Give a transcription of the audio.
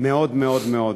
מאוד מאוד מאוד.